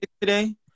today